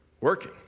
working